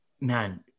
man